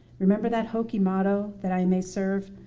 remember that hoagie motto, that i may serve?